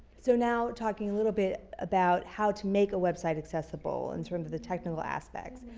so now talking a little bit about how to make a website accessible in terms of the technical aspects.